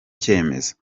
cyemezo